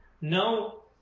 No